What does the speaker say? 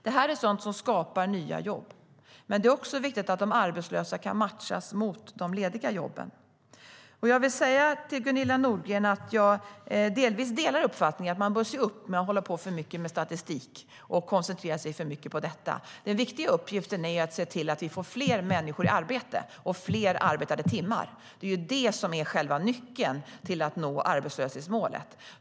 Det här är sådant som skapar nya jobb, men det är också viktigt att de arbetslösa kan matchas mot de lediga jobben. Jag vill säga till Gunilla Nordgren att jag delvis delar uppfattningen att man bör se upp med att hålla på för mycket med statistik och koncentrera sig för mycket på det. Den viktiga uppgiften är att se till att få fler människor i arbete och fler arbetade timmar. Det är det som är själva nyckeln till att nå arbetslöshetsmålet.